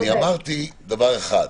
אני אמרתי דבר אחד,